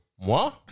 Moi